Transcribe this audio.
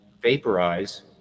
vaporize